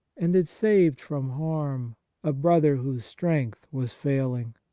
and it saved from harm a brother whose strength was failing.